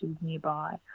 nearby